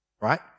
right